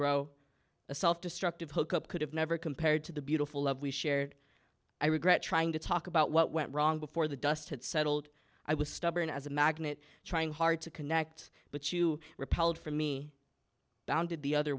grow a self destructive hookup could have never compared to the beautiful love we shared i regret trying to talk about what went wrong before the dust had settled i was stubborn as a magnet trying hard to connect but you repelled from me bounded the other